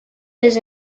his